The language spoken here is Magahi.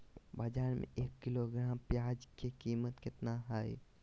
बाजार में एक किलोग्राम प्याज के कीमत कितना हाय?